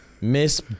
Miss